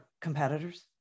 competitors